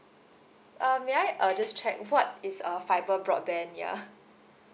uh may I uh just check what is uh fibre broadband ya